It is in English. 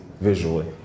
visually